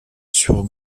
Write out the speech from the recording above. sur